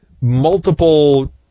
multiple